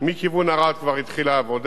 במקומות האחרים גם,